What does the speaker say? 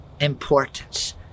importance